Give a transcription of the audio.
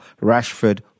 Rashford